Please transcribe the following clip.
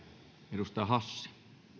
arvoisa